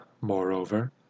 moreover